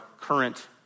current